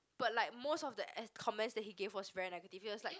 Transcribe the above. but like most of the comments that he gave us very negative like